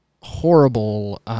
horrible